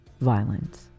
violence